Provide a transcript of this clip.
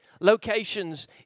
locations